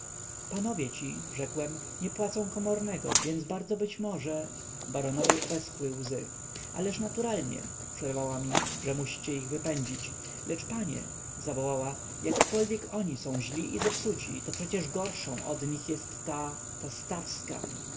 panowie ci rzekłem nie płacą komornego więc bardzo być może baronowej obeschły oczy ależ naturalnie przerwała mi że musicie ich wypędzić lecz panie zawołała jakkolwiek są oni źli i zepsuci to przecie gorszą od nich jest ta ta stawska